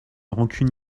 rancune